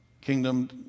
kingdom